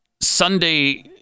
Sunday